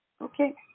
Okay